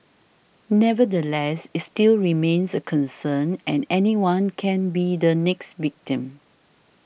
nevertheless it still remains a concern and anyone can be the next victim